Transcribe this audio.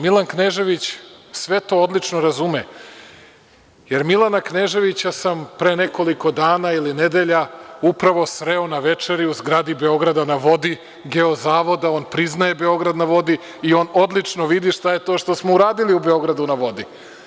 Milan Knežević sve to odlično razume, jer Milana Kneževića sam pre nekoliko dana ili nedelja upravo sreo na večeri u zgradi „Beograda na vodi“, Geozavoda, on priznaje „Beograd na vodi“ i on odlično vidi šta je to što smo uradili u „Beogradu na vodi“